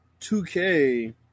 2K